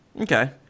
Okay